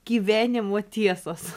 gyvenimo tiesos